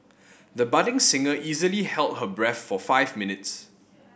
the budding singer easily held her breath for five minutes